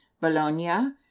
Bologna